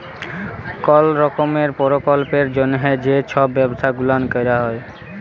call রকমের পরকল্পের জ্যনহে যে ছব ব্যবছা গুলাল ক্যরা হ্যয়